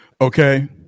Okay